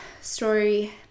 story